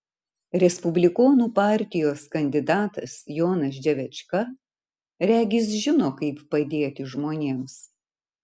respublikonų partijos kandidatas jonas dževečka regis žino kaip padėti žmonėms